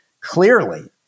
clearly